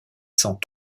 sans